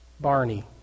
Barney